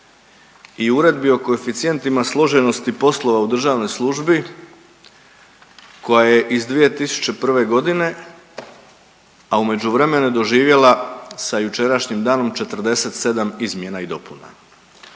i Uredbi o koeficijentima složenosti poslova u državnoj službi koja je iz 2001.g., a u međuvremenu je doživjela sa jučerašnjim danom 47 izmjena i dopuna.